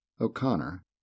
O'Connor